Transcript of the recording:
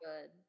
Good